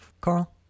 Carl